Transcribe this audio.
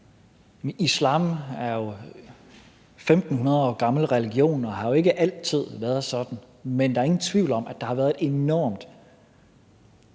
femtenhundrede år gammel religion og har jo ikke altid været sådan, men der er ingen tvivl om, at der har været et enormt